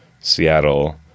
Seattle